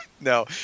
No